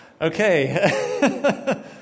Okay